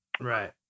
Right